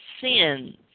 sins